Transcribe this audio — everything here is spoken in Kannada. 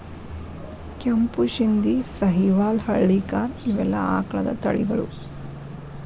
ಕೆಂಪು ಶಿಂದಿ, ಸಹಿವಾಲ್ ಹಳ್ಳಿಕಾರ ಇವೆಲ್ಲಾ ಆಕಳದ ತಳಿಗಳು